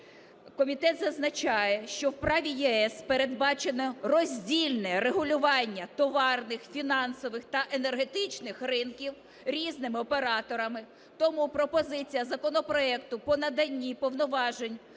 комітет зазначає, що в праві ЄС передбачено роздільне регулювання товарних, фінансових та енергетичних ринків різними операторами. Тому пропозиція законопроекту по наданню повноважень